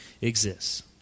exists